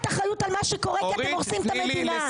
אחריות על מה שקורה כאן כי אתם הורסים את המדינה.